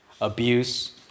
abuse